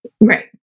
Right